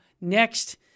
next